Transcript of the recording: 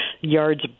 Yards